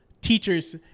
teachers